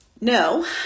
No